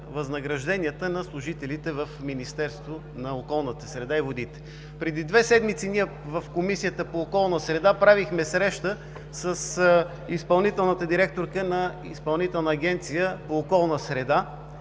възнагражденията на служителите в Министерството на околната среда и водите. Преди две седмици в Комисията по околната среда и водите правихме среща с изпълнителната директорка на Изпълнителната агенция по околна среда